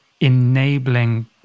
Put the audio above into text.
enabling